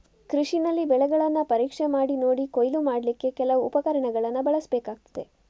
ಕೃಷಿನಲ್ಲಿ ಬೆಳೆಗಳನ್ನ ಪರೀಕ್ಷೆ ಮಾಡಿ ನೋಡಿ ಕೊಯ್ಲು ಮಾಡ್ಲಿಕ್ಕೆ ಕೆಲವು ಉಪಕರಣಗಳನ್ನ ಬಳಸ್ಬೇಕಾಗ್ತದೆ